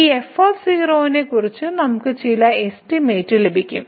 ഈ f നെക്കുറിച്ച് നമുക്ക് ചില എസ്റ്റിമേറ്റ് ലഭിക്കും